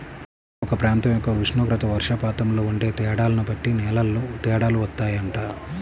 ఏదైనా ఒక ప్రాంతం యొక్క ఉష్ణోగ్రత, వర్షపాతంలో ఉండే తేడాల్ని బట్టి నేలల్లో తేడాలు వత్తాయంట